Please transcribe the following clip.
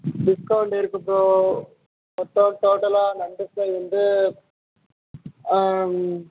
discount இருக்குது bro மொத்தம் டோட்டலாக நண்டு ஃப்ரை வந்து